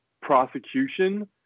prosecution